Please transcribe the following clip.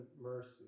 mercy